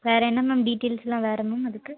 வேறு என்ன மேம் டீட்டெயில்ஸுலாம் வேறு மேம் அதுக்கு